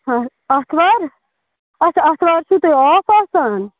آتھ آتھوار اَچھا آتھوار چھَو تۄہہِ آف آسان